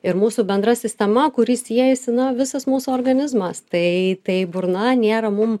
ir mūsų bendra sistema kuri siejasi na visas mūsų organizmas tai tai burna nėra mum